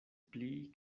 pli